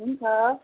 हुन्छ